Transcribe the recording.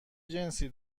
جنسی